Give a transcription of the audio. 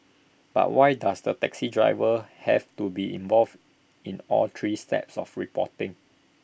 but why does the taxi driver have to be involved in all three steps of reporting